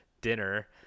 dinner